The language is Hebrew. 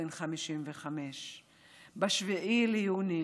בן 55. ב-7 ביוני